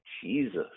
Jesus